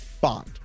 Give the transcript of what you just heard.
bond